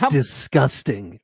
disgusting